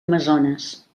amazones